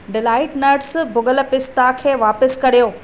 delight nuts भुग॒लु पिस्ता खे वापसि करियो